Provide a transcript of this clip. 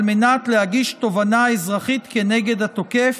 על מנת להגיש תובענה אזרחית כנגד התוקף,